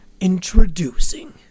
Introducing